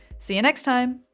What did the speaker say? see ya next time!